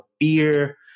fear